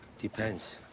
Depends